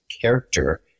character